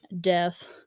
death